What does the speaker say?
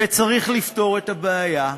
וצריך לפתור את הבעיה,